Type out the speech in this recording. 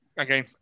Okay